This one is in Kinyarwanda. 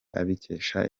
abikesha